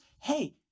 Hey